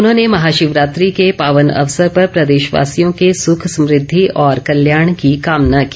उन्होंने महाशिवरात्रि के पावन अवसर पर प्रदेशवासियों के सुख समृद्धि और कल्याण की कामना की